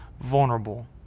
vulnerable